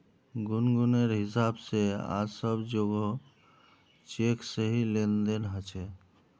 गुनगुनेर हिसाब से आज सब जोगोह चेक से ही लेन देन ह छे